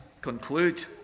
conclude